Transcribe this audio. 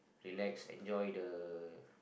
relax enjoy the